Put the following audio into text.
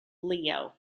leo